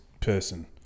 person